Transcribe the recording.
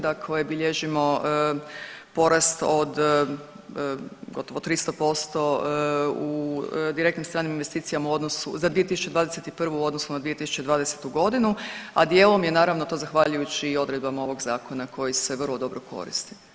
Dakle, bilježimo porast od, od 300% u direktnim stranim investicijama u odnosu, za 2021. u odnosu na 2020. godinu, a dijelom je naravno to zahvaljujući o odredbama ovog zakona koji se vrlo dobro koristi.